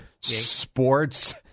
sports